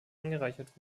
angereichert